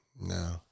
no